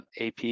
AP